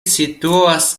situas